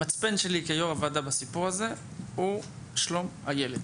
המצפן שלי כיושב ראש הוועדה בסיפור הזה הוא שלום הילד.